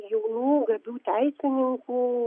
jaunų gabių teisininkų